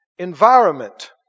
Environment